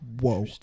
Whoa